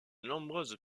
nombreuses